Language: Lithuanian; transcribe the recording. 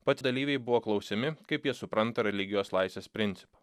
pats dalyviai buvo klausiami kaip jie supranta religijos laisvės principą